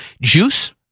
Juice